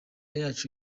yacu